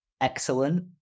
Excellent